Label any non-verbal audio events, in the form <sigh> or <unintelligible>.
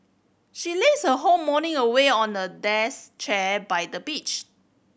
she lazed her whole morning away on a <unintelligible> chair by the beach